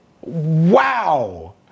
Wow